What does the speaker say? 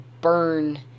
burn